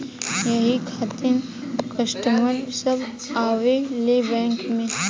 यही खातिन कस्टमर सब आवा ले बैंक मे?